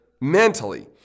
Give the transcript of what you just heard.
mentally